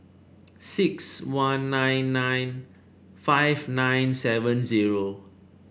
six one nine nine five nine seven zero